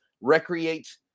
recreate